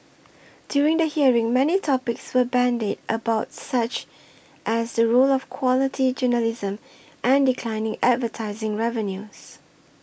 during the hearing many topics were bandied about such as the role of quality journalism and declining advertising revenues